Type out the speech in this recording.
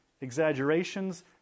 exaggerations